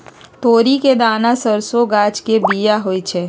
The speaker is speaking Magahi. तोरी के दना सरसों गाछ के बिया होइ छइ